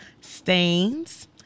Stains